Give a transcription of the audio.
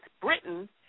Britain